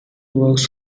works